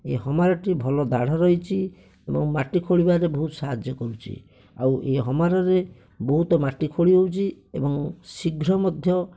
ଏ ହମାରଟି ଭଲ ଦାଢ଼ ରହିଛି ଏବଂ ମାଟି ଖୋଳିବାରେ ବହୁତ ସାହାଯ୍ୟ କରୁଛି ଆଉ ଏହି ହାମରରେ ବହୁତ ମାଟି ଖୋଳି ହେଉଛି ଏବଂ ଶୀଘ୍ର ମଧ୍ୟ